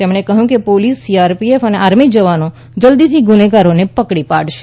તેમણે કહ્યું કે પોલીસ સીઆરપીએફ અને આર્મીના જવાન જલ્દીથી ગુનેગારોને પકડી પાડશે